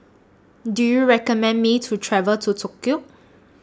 Do YOU recommend Me to travel to Tokyo